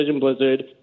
Blizzard